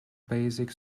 basic